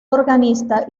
organista